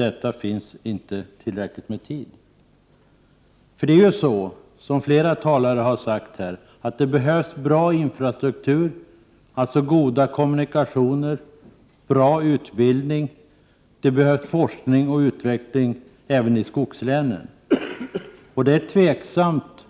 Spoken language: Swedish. Det finns inte tillräckligt med tid för detta. Som flera talare sagt behövs det en väl utbyggd infrastruktur, alltså goda kommunikationer, bra utbildning samt forskning och utveckling även i skogslänen. Det är tveksamt